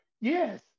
Yes